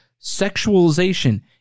sexualization